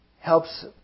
helps